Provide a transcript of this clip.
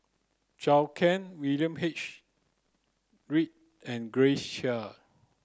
Zhou Can William H Read and Grace Chia